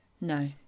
No